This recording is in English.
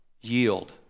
yield